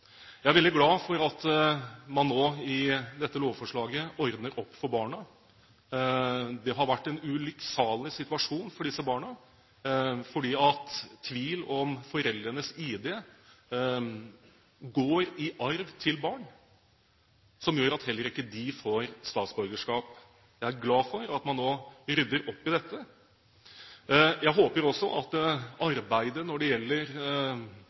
Jeg er veldig glad for at man nå med dette lovforslaget ordner opp for barna. Det har vært en ulykksalig situasjon for disse barna, fordi tvil om foreldrenes ID går i arv til barn, noe som gjør at heller ikke de får statsborgerskap. Jeg er glad for at man nå rydder opp i dette. Jeg håper også at arbeidet når det gjelder